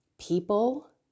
people